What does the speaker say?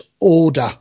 order